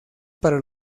para